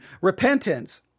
repentance